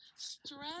Stress